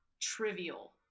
trivial